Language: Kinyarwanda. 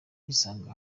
kwisanga